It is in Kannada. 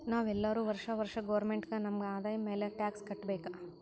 ನಾವ್ ಎಲ್ಲೋರು ವರ್ಷಾ ವರ್ಷಾ ಗೌರ್ಮೆಂಟ್ಗ ನಮ್ ಆದಾಯ ಮ್ಯಾಲ ಟ್ಯಾಕ್ಸ್ ಕಟ್ಟಬೇಕ್